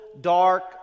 dark